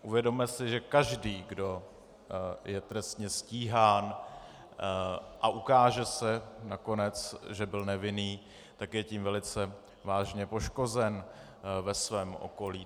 Uvědomme si, že každý, kdo je trestně stíhán, a ukáže se nakonec, že byl nevinný, tak je tím velice vážně poškozen ve svém okolí.